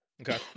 Okay